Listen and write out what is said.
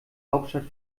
hauptstadt